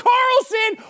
Carlson